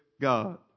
god